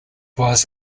was